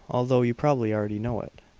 although you probably already know it,